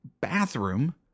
bathroom